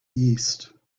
east